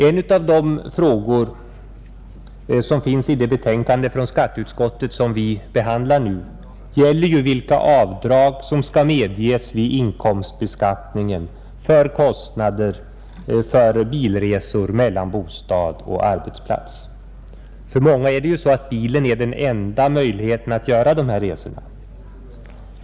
En av frågorna i det betänkande från skatteutskottet som vi nu behandlar gäller vilka avdrag som medges vid inkomstbeskattningen för kostnader vid bilresor mellan bostad och arbetsplats. För många är bilen den enda möjligheten att göra dessa resor.